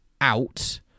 out